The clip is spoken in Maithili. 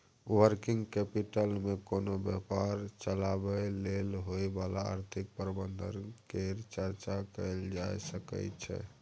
वर्किंग कैपिटल मे कोनो व्यापार चलाबय लेल होइ बला आर्थिक प्रबंधन केर चर्चा कएल जाए सकइ छै